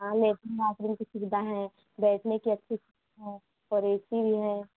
हाँ latrine bathroom की सुविधा है बैठने की अच्छी सुविधा सब ए सी ही है